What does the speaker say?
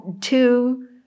two